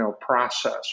process